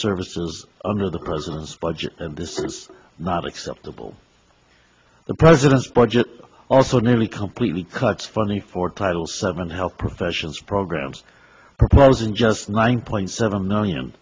services under the president's budget and this is not acceptable the president's budget also nearly completely cut funding for title seven health professionals programs proposing just nine point seven million